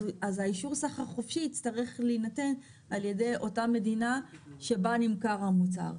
אז האישור סחר חופשי יצטרך להינתן על ידי אותה מדינה שבה נמכר המוצר,